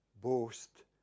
boast